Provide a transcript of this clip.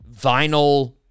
vinyl